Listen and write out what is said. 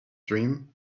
dream